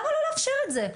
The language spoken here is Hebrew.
למה לא לאפשר את זה?